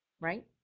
right